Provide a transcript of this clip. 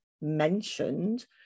mentioned